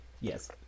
Yes